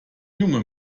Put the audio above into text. junge